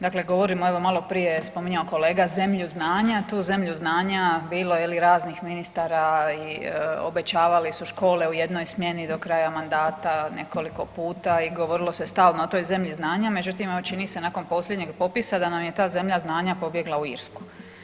Dakle, govorimo evo maloprije je spominjao kolega zemlju znanja, tu zemlju znanja bilo je li i raznih ministara i obećavali su škole u jednoj smjeni do kraja mandata nekoliko puta i govorilo se stalno o toj zemlji znanja, međutim evo čini se nakon posljednjeg popisa da nam je ta zemlja znanja pobjegla u Irsku.